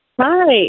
Hi